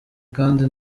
kandi